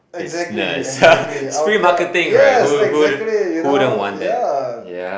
exactly exactly I will tell yes exactly you know ya